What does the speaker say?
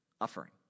offering